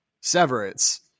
Severance